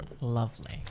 Lovely